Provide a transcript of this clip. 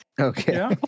okay